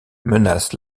menace